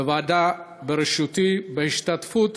בוועדה בראשותי, בהשתתפות